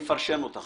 אפרשן אותך